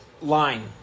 line